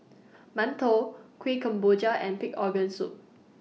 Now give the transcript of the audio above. mantou Kuih Kemboja and Pig Organ Soup